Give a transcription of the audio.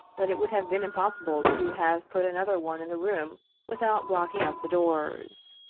that it would have been impossible to have put another one in the room without blocking up the doors.